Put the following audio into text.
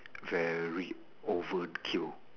very overkill